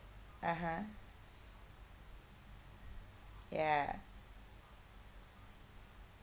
(uh huh) ya